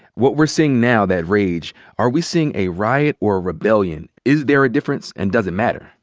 what we're seeing now, that rage, are we seeing a riot or a rebellion? is there a difference? and does it matter?